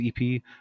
EP